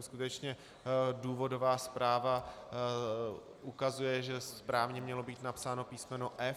Skutečně důvodová zpráva ukazuje, že správně mělo být napsáno písm. f).